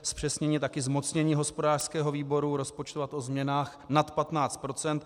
Zpřesnění a taky zmocnění hospodářského výboru rozpočtovat o změnách nad 15 %.